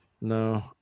No